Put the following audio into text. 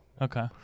Okay